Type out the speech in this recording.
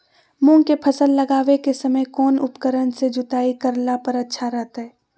मूंग के फसल लगावे के समय कौन उपकरण से जुताई करला पर अच्छा रहतय?